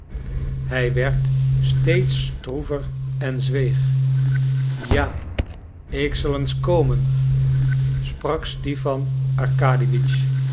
hij werd steeds stroever en zweeg ja ik zal eens komen sprak